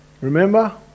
remember